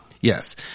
Yes